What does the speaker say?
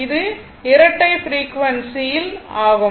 இது இரட்டை ஃப்ரீக்வன்சியில் ஆகும்